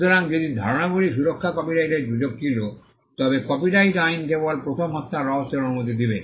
সুতরাং যদি ধারণাগুলি সুরক্ষা কপিরাইটের সুযোগ ছিল তবে কপিরাইট আইন কেবল প্রথম হত্যার রহস্যের অনুমতি দিবে